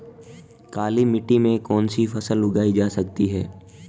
काली मिट्टी में कौनसी फसल उगाई जा सकती है?